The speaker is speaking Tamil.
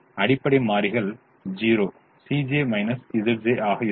அடிப்படை மாறிகள் 0 ஆக இருக்கும்